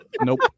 nope